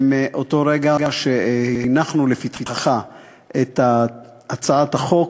שמאותו רגע שהנחנו לפתחך את הצעת החוק,